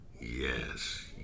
Yes